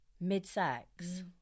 Mid-sex